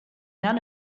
none